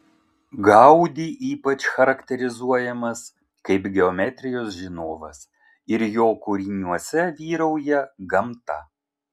gaudi ypač charakterizuojamas kaip geometrijos žinovas ir jo kūriniuose vyrauja gamta